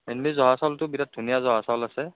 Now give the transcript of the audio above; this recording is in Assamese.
এনেই জহা চাউলটো বিৰাট ধুনীয়া জহা চাউল আছে